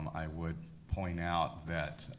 um i would point out that